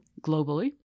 globally